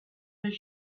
his